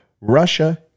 Russia